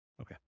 Okay